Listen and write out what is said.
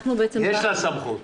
יש לה סמכות.